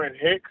Hicks